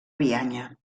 bianya